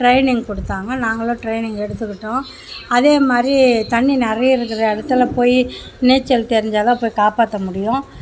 training கொடுத்தாங்க நாங்களும் training எடுத்துக்கிட்டோம் அதே மாதிரி தண்ணி நிறைய இருக்கிற இடத்துல போய் நீச்சல் தெரிஞ்சா தான் போய் காப்பாற்ற முடியும்